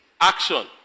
Action